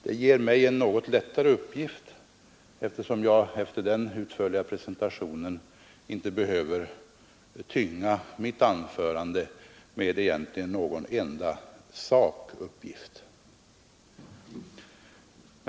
Det ger mig en något lättare uppgift, eftersom jag efter den utförliga presentationen inte egentligen behöver tynga mitt anförande med någon enda siffersakuppgift.